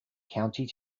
county